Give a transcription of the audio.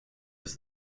was